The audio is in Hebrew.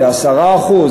ל-10%?